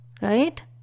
right